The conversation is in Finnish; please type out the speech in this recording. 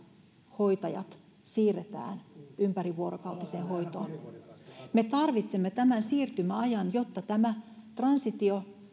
hoitajat siirretään ympärivuorokautiseen hoitoon me tarvitsemme tämän siirtymäajan jotta tämä transitio